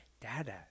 Dada